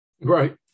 Right